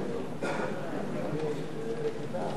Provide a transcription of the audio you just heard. (סמכויות אכיפה,